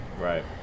Right